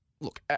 Look